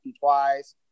twice